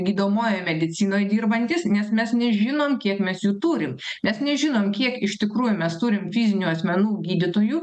gydomojoj medicinoj dirbantys nes mes nežinom kiek mes jų turim mes nežinom kiek iš tikrųjų mes turim fizinių asmenų gydytojų